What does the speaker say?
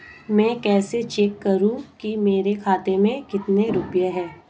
मैं कैसे चेक करूं कि मेरे खाते में कितने रुपए हैं?